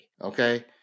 okay